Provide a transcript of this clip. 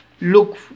look